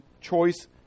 choice